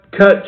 Cut